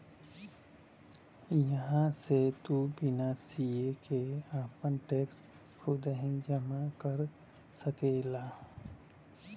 इहां से तू बिना सीए के आपन टैक्स खुदही जमा कर सकला